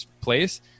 place